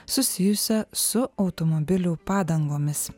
susijusią su automobilių padangomis